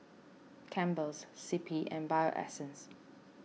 Campbell's C P and Bio Essence